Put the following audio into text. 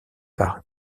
par